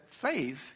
faith